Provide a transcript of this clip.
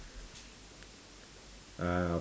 uh